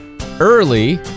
early